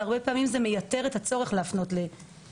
אבל הרבה פעמים זה מייתר את הצורך להפנות לפסיכיאטר,